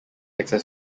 access